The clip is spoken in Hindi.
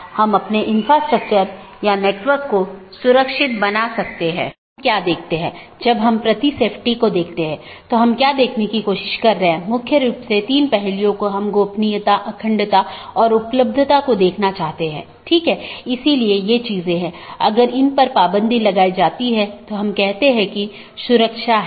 यदि हम पूरे इंटरनेट या नेटवर्क के नेटवर्क को देखते हैं तो किसी भी सूचना को आगे बढ़ाने के लिए या किसी एक सिस्टम या एक नेटवर्क से दूसरे नेटवर्क पर भेजने के लिए इसे कई नेटवर्क और ऑटॉनमस सिस्टमों से गुजरना होगा